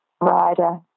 rider